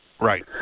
Right